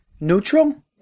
Neutral